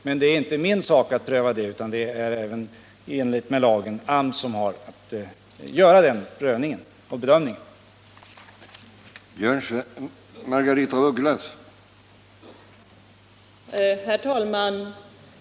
Men det är inte min sak att pröva det, utan det är i enlighet med lagen AMS som har att göra den prövningen och bedömningen.